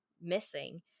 missing